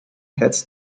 heads